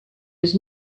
has